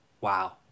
Wow